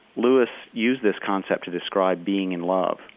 lewis used this concept to describe being in love.